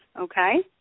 okay